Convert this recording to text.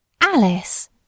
Alice